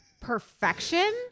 perfection